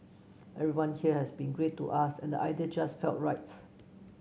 everyone here has been great to us and idea just felt right